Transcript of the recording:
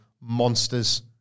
monsters